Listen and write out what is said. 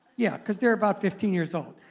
yeah. because they're about fifteen years old.